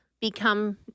become